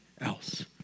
else